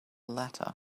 latter